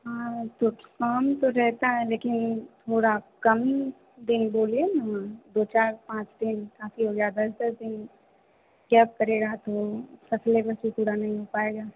हाँ तो काम तो रहता है लेकिन थोड़ा कम दिन बोलिए ना दो चार पाँच दिन काफ़ी हो गया दस दस दिन गैप करेगा तो उसका सिलेबस भी पूरा न हो पाएगा